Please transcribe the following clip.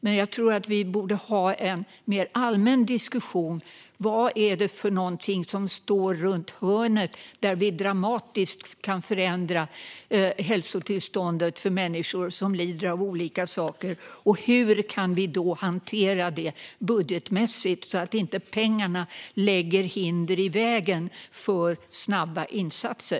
Men jag tror att vi borde ha en mer allmän diskussion. Vad är det som finns runt hörnet som gör att vi dramatiskt kan förändra hälsotillståndet för människor som lider av olika saker, och hur kan vi hantera detta budgetmässigt så att inte pengarna lägger hinder i vägen för snabba insatser?